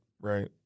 right